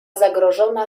zagrożona